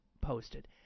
posted